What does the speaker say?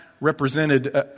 represented